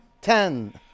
ten